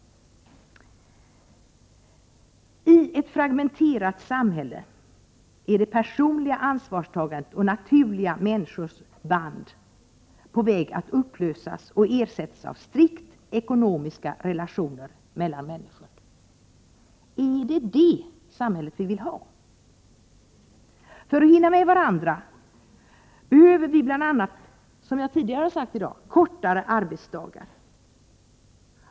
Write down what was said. I ett fragmenterat samhälle är det personliga ansvarstagandet och människors naturliga band på väg att upplösas och ersättas av strikt ekonomiska relationer mellan människor. Är det det samhället som vi vill ha? För att hinna med varandra behöver vi, som sagt, kortare arbetsdagar.